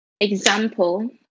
Example